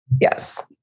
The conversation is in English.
yes